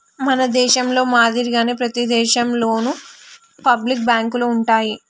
మన దేశంలో మాదిరిగానే ప్రతి దేశంలోను పబ్లిక్ బాంకులు ఉంటాయి